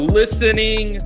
listening